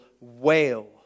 wail